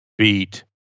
beat